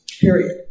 Period